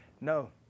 no